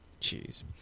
Jeez